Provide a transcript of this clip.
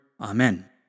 amen